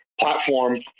platform